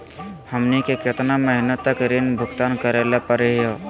हमनी के केतना महीनों तक ऋण भुगतान करेला परही हो?